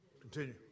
Continue